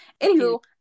Anywho